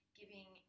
giving